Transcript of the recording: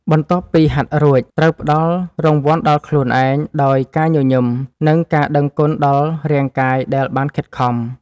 បន្ទាប់ពីហាត់រួច ត្រូវផ្ដល់រង្វាន់ដល់ខ្លួនឯងដោយការញញឹម និងការដឹងគុណដល់រាងកាយដែលបានខិតខំ។